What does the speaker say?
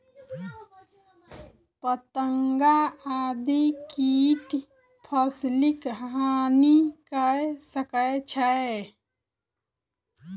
पतंगा आदि कीट फसिलक हानि कय सकै छै